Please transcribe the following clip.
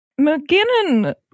McGinnon